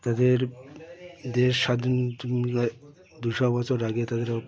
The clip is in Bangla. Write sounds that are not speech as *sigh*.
তাদের দেশ স্বাধীন *unintelligible* দুশো বছর আগে তাদেরও